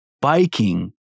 biking